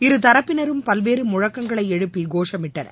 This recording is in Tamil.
இருதரப்பினரும் பல்வேறு முழக்கங்களை எழுப்பி கோஷமிட்டனர்